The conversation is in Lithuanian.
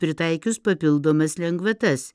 pritaikius papildomas lengvatas